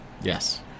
Yes